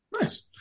Nice